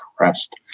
arrest